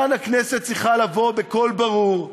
כאן הכנסת צריכה לבוא בקול ברור,